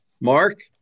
Mark